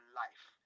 life